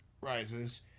Rises